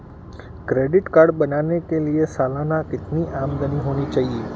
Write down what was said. Credit card बनाने के लिए सालाना कितनी आमदनी होनी चाहिए?